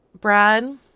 Brad